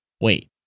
Wait